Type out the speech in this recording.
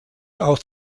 auch